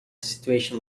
situation